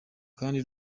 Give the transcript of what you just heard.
kandi